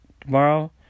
tomorrow